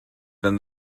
than